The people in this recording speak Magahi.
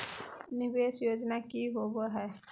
निवेस योजना की होवे है?